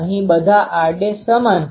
અહી બધા r' સમાન છે